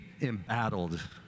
embattled